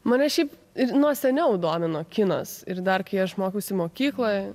mane šiaip ir nuo seniau domino kinas ir dar kai aš mokiausi mokykloj